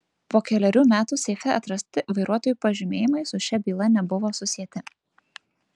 po kelerių metų seife atrasti vairuotojų pažymėjimai su šia byla nebuvo susieti